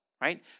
right